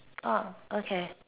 ah okay